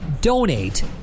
donate